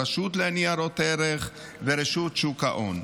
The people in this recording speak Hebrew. הרשות לניירות ערך ורשות שוק ההון.